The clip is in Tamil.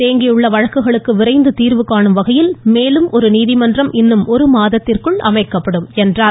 தேங்கியுள்ள வழக்குகளுக்கு விரைந்து தீர்வுகாணும் வகையில் மேலும் நீதிமன்றம் இன்னும் ஒரு மாதத்திற்குள் அமைக்கப்படும் என்றார்